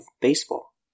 baseball